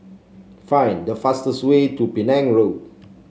find the fastest way to Penang Road